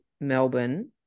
Melbourne